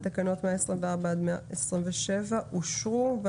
תקנות 124 עד 127 אושרו פה אחד.